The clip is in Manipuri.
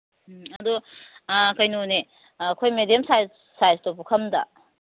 ꯎꯝ ꯑꯗꯣ ꯀꯩꯅꯣꯅꯦ ꯑꯩꯈꯣꯏ ꯃꯦꯗꯤꯌꯝ ꯁꯥꯏꯁꯇꯣ ꯄꯨꯈꯝꯗ